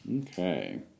Okay